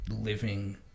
living